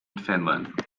finland